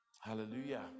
hallelujah